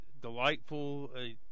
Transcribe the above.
delightful